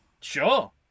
Sure